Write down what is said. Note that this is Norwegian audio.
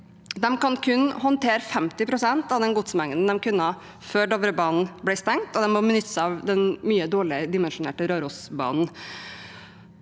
De kan kun håndtere 50 pst. av den godsmengden de kunne før Dovrebanen ble stengt, og de må benytte seg av den mye dårligere dimensjonerte Rørosbanen.